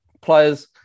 players